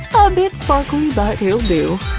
a bit sparkly but it'll do.